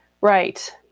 Right